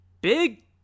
Big